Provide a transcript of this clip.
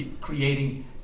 creating